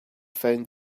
found